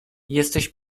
jesteś